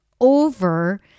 over